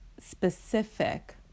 specific